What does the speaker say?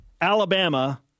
Alabama